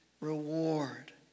reward